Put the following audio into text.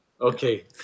Okay